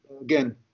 again